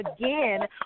again